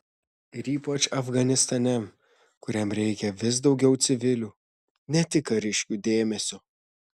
ir ypač afganistane kuriam reikia vis daugiau civilių ne tik kariškių dėmesio